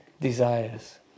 desires